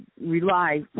rely